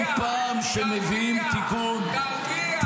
כל פעם שמביאים תיקון,